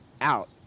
out